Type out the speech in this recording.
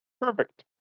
perfect